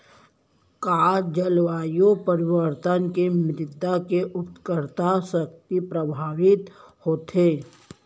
का जलवायु परिवर्तन से मृदा के उर्वरकता शक्ति प्रभावित होथे?